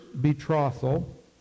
betrothal